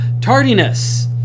Tardiness